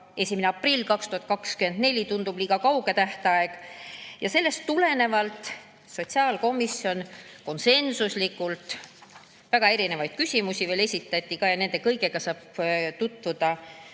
ja 1. aprill 2024 tundub liiga kauge tähtajana. Sellest tulenevalt sotsiaalkomisjon konsensuslikult – väga erinevaid küsimusi esitati ka ja nende kõigiga saab tutvuda